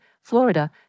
Florida